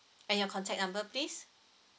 and your contact number please